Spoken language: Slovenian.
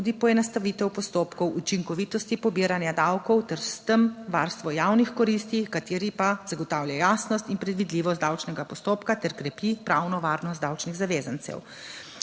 tudi poenostavitev postopkov učinkovitosti pobiranja davkov ter s tem varstvo javnih koristi, kateri pa zagotavlja jasnost in predvidljivost davčnega postopka ter krepi pravno varnost davčnih zavezancev.